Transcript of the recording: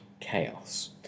chaos